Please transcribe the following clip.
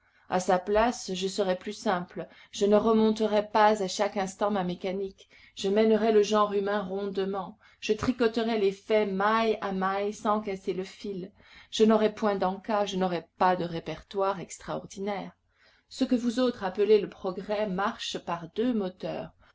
à sa place je serais plus simple je ne remonterais pas à chaque instant ma mécanique je mènerais le genre humain rondement je tricoterais les faits maille à maille sans casser le fil je n'aurais point den cas je n'aurais pas de répertoire extraordinaire ce que vous autres appelez le progrès marche par deux moteurs